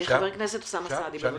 חבר הכנסת אוסאמה סעדי, בבקשה.